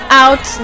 out